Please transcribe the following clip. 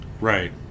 Right